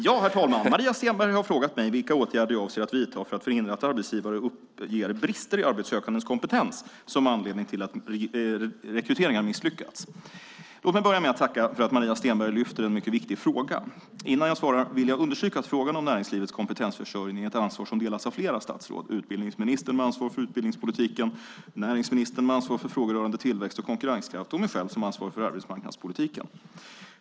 Herr talman! Maria Stenberg har frågat mig vilka åtgärder jag avser att vidta för att förhindra att arbetsgivare uppger brister i arbetssökandes kompetens som anledning till att rekryteringar misslyckas. Låt mig börja med att tacka för att Maria Stenberg lyfter upp en mycket viktig fråga. Innan jag svarar vill jag understryka att frågan om näringslivets kompetensförsörjning är ett ansvar som delas av flera statsråd; utbildningsministern med ansvar för utbildningspolitiken, näringsministern med ansvar för frågor rörande tillväxt och konkurrenskraft och mig själv som ansvarar för arbetsmarknadspolitiken.